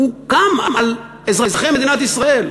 קם על אזרחי מדינת ישראל.